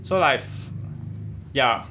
so like ya